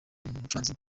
umucuranzi